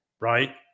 right